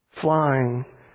Flying